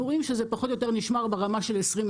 אנחנו רואים שזה פחות או יותר נשמר ברמה של 2020,